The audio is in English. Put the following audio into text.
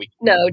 No